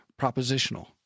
propositional